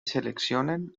seleccionen